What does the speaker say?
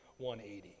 180